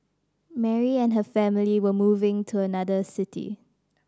Mary and her family were moving to another city